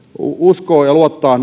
uskoa ja luottaa